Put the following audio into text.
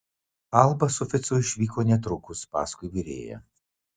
alba su ficu išvyko netrukus paskui virėją